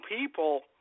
people